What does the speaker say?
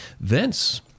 Vince